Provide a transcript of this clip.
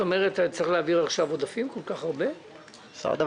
למה צריך להעביר עכשיו כל כך הרבה עודפים.